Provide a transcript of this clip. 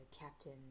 captain